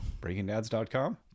BreakingDads.com